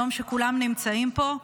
יום שכולם נמצאים פה,